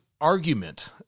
argument